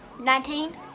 Nineteen